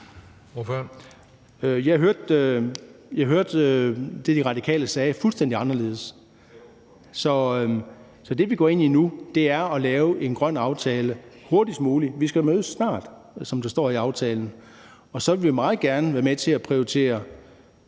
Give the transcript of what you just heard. Jeg hørte det, De Radikale sagde, fuldstændig anderledes. Det, vi går ind i nu, er at lave en grøn aftale hurtigst muligt. Vi skal jo mødes snart, som der står i aftalen, og så vil vi meget gerne være med til at prioritere